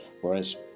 whereas